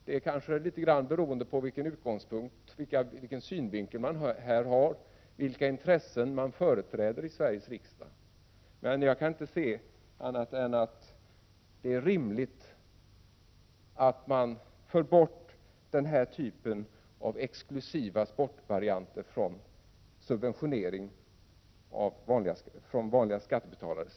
Det kanske beror på vilken synvinkel man har och vilka intressen man företräder i Sveriges riksdag, men jag kan inte se annat än att det ur de vanliga skattebetalarnas synpunkt är rimligt att undanta den här typen av exklusiva sporter från subventionering.